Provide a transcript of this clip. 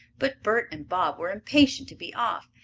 but bert and bob were impatient to be off,